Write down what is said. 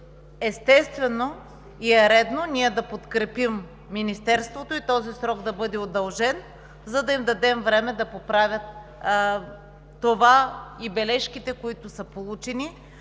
естествено, и е редно ние да подкрепим Министерството този срок да бъде удължен, за да им дадем време да поправят това – бележките, които са получени,